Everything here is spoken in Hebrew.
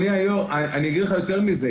אז, אדוני היושב-ראש, אני אגיד לך יותר מזה.